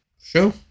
Sure